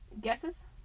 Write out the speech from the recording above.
Guesses